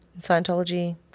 Scientology